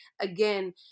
again